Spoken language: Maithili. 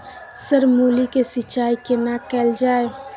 सर मूली के सिंचाई केना कैल जाए?